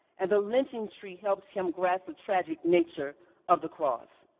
and the lynching tree helped him grasp the tragic nature of the cross.